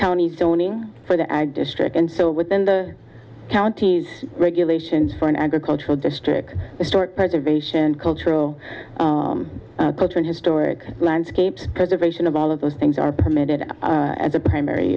county zoning for the ag district and so within the counties regulations for an agricultural district historic preservation cultural cultural historic landscape preservation of all of those things are permitted and the primary